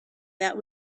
that